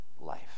life